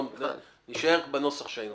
נישאר בנוסח שהיה.